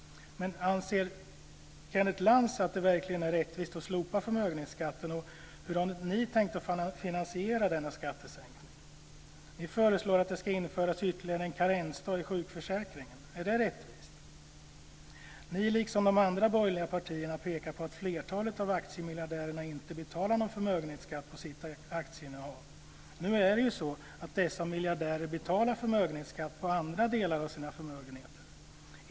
Anser Kenneth Lantz att det verkligen är rättvist att slopa förmögenhetsskatten? Hur har ni tänkt finansiera den skattesänkningen? Ni föreslår att det ska införas ytterligare en karensdag i sjukförsäkringen. Är det rättvist? Ni, liksom de andra borgerliga partierna, pekar på att flertalet aktiemiljardärer inte betalar någon förmögenhetsskatt på sitt aktieinnehav. Men nu är det så att dessa miljardärer betalar förmögenhetsskatt på andra delar av sina förmögenheter.